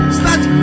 start